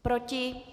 Proti?